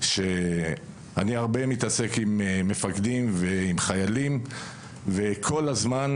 אני מתעסק הרבה עם מפקדים ועם חיילים וכל הזמן,